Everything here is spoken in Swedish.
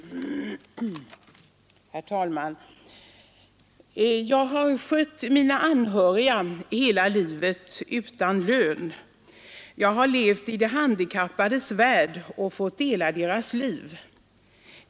Herr talman! ”Jag har skött mina anhöriga hela livet utan lön! Jag har levt i de handikappades värld och fått dela deras liv.